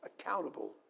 accountable